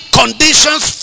conditions